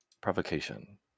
provocation